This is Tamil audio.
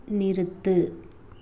நிறுத்து